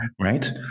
Right